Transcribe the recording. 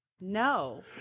No